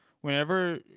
whenever